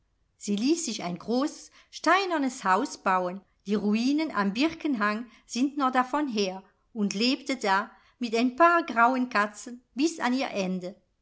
sie ließ sich ein großes steinernes haus bauen die ruinen am birkenhang sind noch davon her und lebte da mit ein paar grauen katzen bis an ihr ende